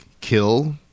kill